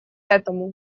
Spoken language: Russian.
этому